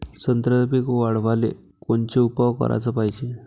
संत्र्याचं पीक वाढवाले कोनचे उपाव कराच पायजे?